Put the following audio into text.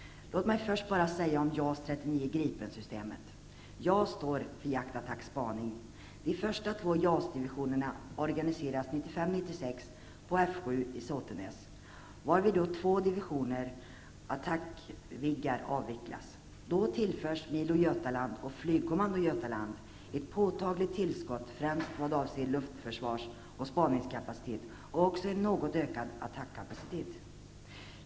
Låt mig först bara säga några ord om JAS 39 spaning. De första två JAS-divisionerna organiseras 1995--1996 på F 7 i Såtenäs, varvid två divisioner attackviggar avvecklas. Då tillförs MILO Götaland och flygkommando Götaland ett påtagligt tillskott främst vad avser luftförsvars och spaningskapacitet och också en något ökad attackkapacitet.